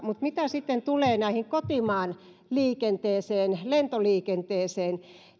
mutta mitä sitten tulee kotimaan liikenteeseen lentoliikenteeseen